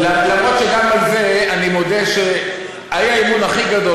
אף-על-פי שגם על זה אני מודה שהאי-אמון הכי גדול